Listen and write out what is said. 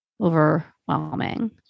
overwhelming